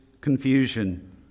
confusion